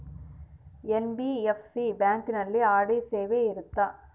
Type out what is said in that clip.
NBFC ಬ್ಯಾಂಕಿನಲ್ಲಿ RD ಸೇವೆ ಇರುತ್ತಾ?